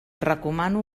recomano